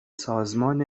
سازمان